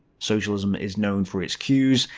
socialism is known for its queues,